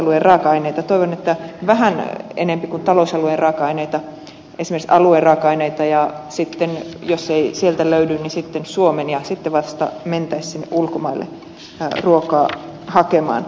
toivon että se tarkoittaisi vähän enempi kuin talousalueen raaka aineita esimerkiksi alueen raaka aineita ja sitten jos ei sieltä löydy suomen ja sitten vasta mentäisiin sinne ulkomaille ruokaa hakemaan